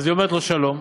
אז היא אומרת לו: שלום.